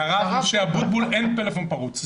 לרב משה אבוטבול אין פלאפון פרוץ.